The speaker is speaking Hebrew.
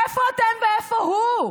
איפה אתם ואיפה הוא?